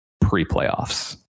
pre-playoffs